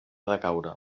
decaure